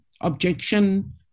objection